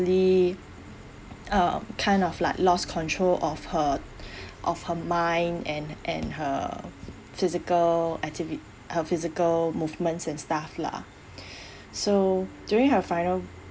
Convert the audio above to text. um kind of like lost control of her of her mind and and her physical activi~ her physical movements and stuff lah so during her final